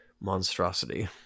monstrosity